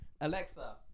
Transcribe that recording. Alexa